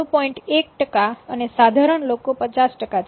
1 ટકા અને સાધારણ લોકો 50 ટકા છે